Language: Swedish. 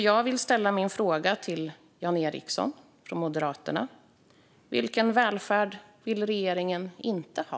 Därför vill jag fråga Jan Ericson från Moderaterna: Vilken välfärd vill regeringen inte ha?